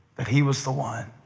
that he was the one.